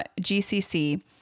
GCC